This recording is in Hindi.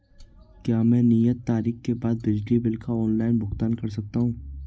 क्या मैं नियत तारीख के बाद बिजली बिल का ऑनलाइन भुगतान कर सकता हूं?